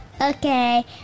Okay